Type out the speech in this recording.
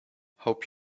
hope